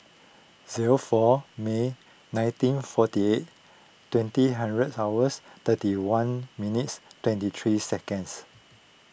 zero four May nineteen forty eight twenty hundred hours thirty one minutes twenty three seconds